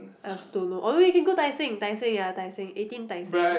I also don't know or we can go Tai-Seng Tai-Seng ya Tai-Seng eat in Tai-Seng